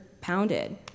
pounded